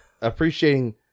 appreciating